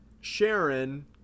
Sharon